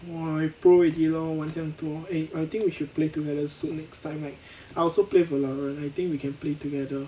!wah! you pro already lor 玩这样多 eh I think we should play together so next time right I also play valorant I think we can play together